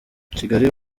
kigali